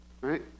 Right